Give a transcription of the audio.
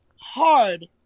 hard